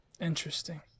Interesting